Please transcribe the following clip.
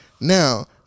now